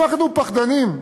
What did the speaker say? הפכנו פחדנים,